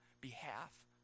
behalf